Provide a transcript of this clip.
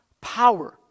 power